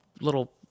little